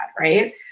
right